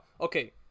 Okay